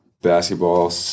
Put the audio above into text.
Basketball